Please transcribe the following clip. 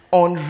on